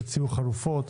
תציעו חלופות,